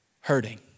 hurting